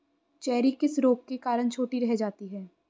Cherry किस रोग के कारण छोटी रह जाती है?